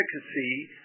efficacy